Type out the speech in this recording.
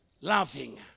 laughing